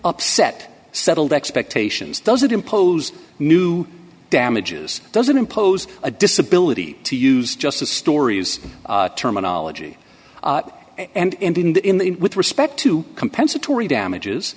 upset settled expectations doesn't impose new damages doesn't impose a disability to use just the stories terminology and in the in the with respect to compensatory damages